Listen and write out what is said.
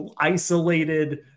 isolated